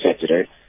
Saturday